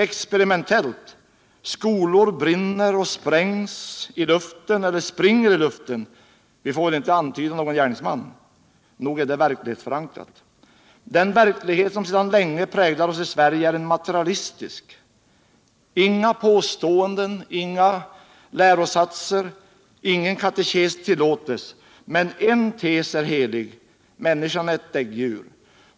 Experimentellt — skolan brinner och sprängs i luften eller springer i luften — vi får inte antyda någon gärningsman. Nog är det verklighetsförankrat. Den verklighet som sedan länge präglar oss i Sverige är materialistisk. Inga påstäenden, inga lärosatser, ingen katekes tillåts — men en 1es är helig: Människan är ett däggdjur.